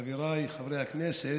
חבריי חברי הכנסת,